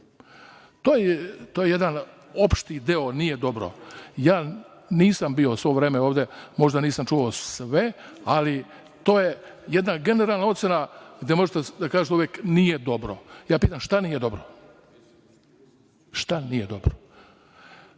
To je jedan opšti deo – nije dobro. Ja nisam bio sve vreme ovde, možda nisam čuo sve, ali to je jedna generalna ocena gde možete da kažete uvek – nije dobro. Pitam, šta nije dobro? Ako sam neko